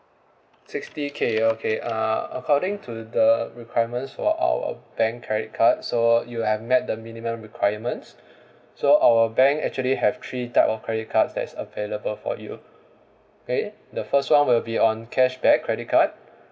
sixty K okay uh according to the requirements for our bank credit card so you have met the minimum requirements so our bank actually have three type of credit cards that's available for you okay the first one will be on cashback credit card